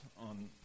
on